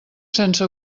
sense